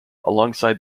alongside